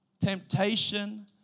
temptation